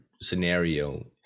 scenario